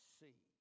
see